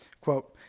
Quote